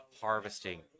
harvesting